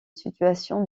situation